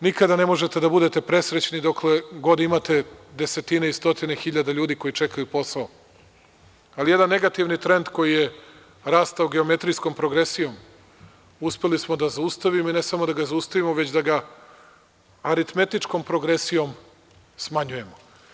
Nikada ne možete da budete presrećni dokle god imate desetine i stotine hiljada ljudi koji čekaju posao, ali jedan negativan trend koji je rastao geometrijskom progresijom uspeli smo da zaustavimo, i ne samo da ga zaustavimo, već da ga aritmetičkom progresijom smanjujemo.